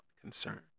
concern